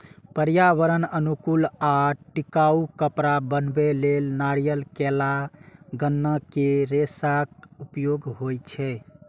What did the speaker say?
पर्यावरण अनुकूल आ टिकाउ कपड़ा बनबै लेल नारियल, केला, गन्ना के रेशाक उपयोग होइ छै